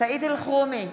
סעיד אלחרומי,